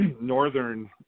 Northern